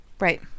right